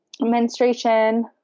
menstruation